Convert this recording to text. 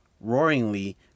roaringly